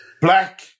black